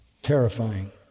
Terrifying